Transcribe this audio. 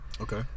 Okay